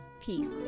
Peace